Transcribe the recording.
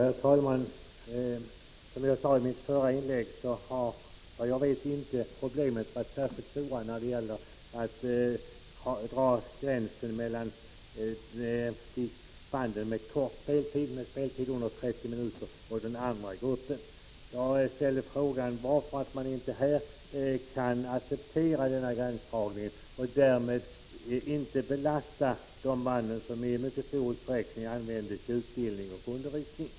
Herr talman! Som jag sade i mitt förra inlägg har det, såvitt jag vet, inte varit särskilt svårt att dra gränsen mellan band med kort speltid, dvs. speltid under 30 minuter, och band med längre speltid. Jag ställde frågan varför man inte kan acceptera denna gränsdragning och därmed inte belasta de band som i mycket stor utsträckning används i utbildning och undervisning.